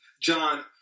John